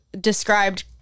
described